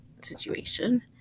situation